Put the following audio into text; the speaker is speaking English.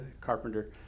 carpenter